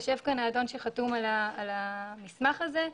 יושב כאן האדון שחתום על המסמך הזה,